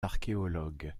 archéologues